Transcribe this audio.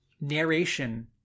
narration